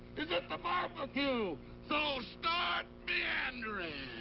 is at the barbecue. so, start meandering.